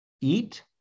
eat